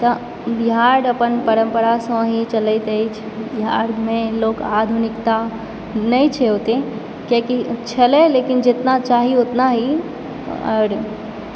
तऽ बिहार अपन परम्परासँ ही चलैत अछि बिहारमे लोक आधुनिकता नहि छै ओतय किआकि छलय लेकिन जेतना चाही ओतना ही आओर